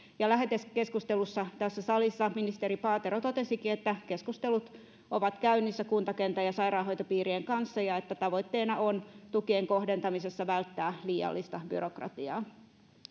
lähetekeskustelussa tässä salissa ministeri paatero totesikin että keskustelut ovat käynnissä kuntakentän ja sairaanhoitopiirien kanssa ja että tavoitteena on tukien kohdentamisessa välttää liiallista byrokratiaa